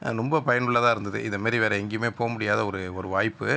ரொம்ப பயனுள்ளதாக இருந்தது இதுமாதிரி வேற எங்கேயுமே போக முடியாத ஒரு ஒரு வாய்ப்பு